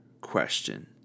question